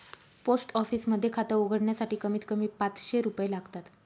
post office मध्ये खात उघडण्यासाठी कमीत कमी पाचशे रुपये लागतात